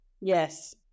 Yes